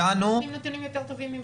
מאיתנו --- הם נותנים נתונים יותר טובים מכם.